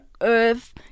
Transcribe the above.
earth